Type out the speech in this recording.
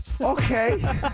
Okay